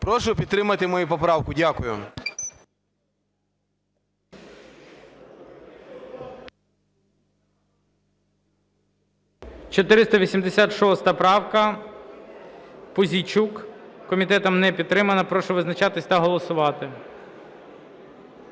Прошу підтримати мою поправку. Дякую.